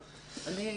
כל מה